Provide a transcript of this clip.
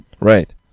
Right